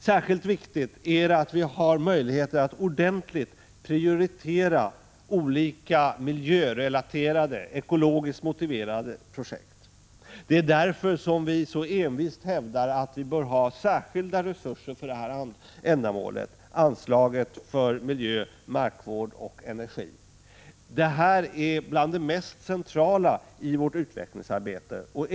Särskilt viktigt är det att vi har möjligheter att ordentligt prioritera olika miljörelaterade, ekologiskt motiverade projekt. Det är därför vi så envist hävdar att vi bör ha särskilda resurser för detta ändamål — anslaget för miljö, markvård och energi. Det är bland det mest centrala i vårt utvecklingsarbete.